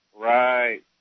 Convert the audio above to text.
Right